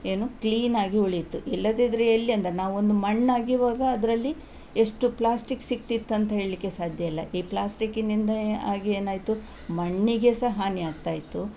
ಏನು ಕ್ಲೀನಾಗಿ ಉಳಿತು ಇಲ್ಲದಿದ್ದರೆ ಎಲ್ಲಿ ಅಂದರೆ ನಾವೊಂದು ಮಣ್ಣಗಿವಾಗ ಅದರಲ್ಲಿ ಎಷ್ಟು ಪ್ಲಾಸ್ಟಿಕ್ ಸಿಕ್ತಿತ್ತಂತ ಹೇಳಲಿಕ್ಕೆ ಸಾಧ್ಯ ಇಲ್ಲ ಈ ಪ್ಲಾಸ್ಟಿಕ್ಕಿನಿಂದ ಆಗಿ ಏನಾಯಿತು ಮಣ್ಣಿಗೆ ಸಹ ಹಾನಿ ಆಗ್ತಾಯಿತ್ತು